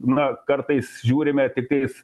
na kartais žiūrime tiktais